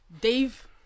dave